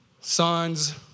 Sons